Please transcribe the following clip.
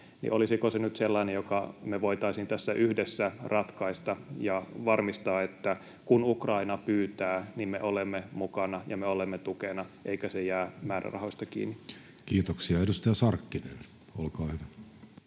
olisiko se nyt sellainen, joka me voitaisiin tässä yhdessä ratkaista ja varmistaa, että kun Ukraina pyytää, niin me olemme mukana ja me olemme tukena eikä se jää määrärahoista kiinni? Kiitoksia. — Edustaja Sarkkinen, olkaa hyvä.